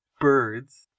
birds